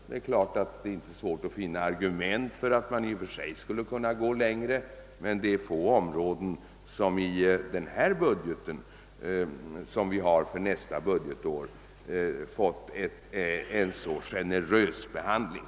Det är klart att det inte är svårt att finna argument för att man i och för sig skulle kunna gå längre, men få områden i den budget, som vi har för nästa budgetår, har fått en så generös behandling.